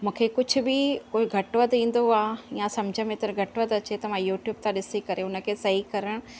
मूंखे कुझु बि कोई घटि वधि ईंदो आहे या सम्झ में थोरो घटि वधि अचे त मां यूट्यूब था ॾिसी करे उन खे सही करण